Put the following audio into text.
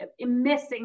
missing